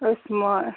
أسۍ مان